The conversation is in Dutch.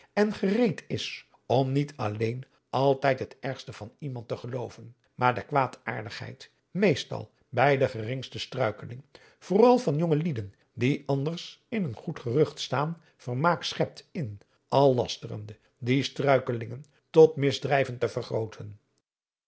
en gereed is om niet alleen altijd het ergste van iemand te gelooven maar de kwaadaardigheid meestal bij de geringste struikeling vooral van jonge lieden die anders in een goed gerucht staan vermaak schept in al lasterende die struikelingen tot misdrijven te vergrooten